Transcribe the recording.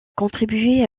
contribué